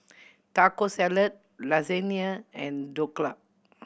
Taco Salad Lasagna and Dhokla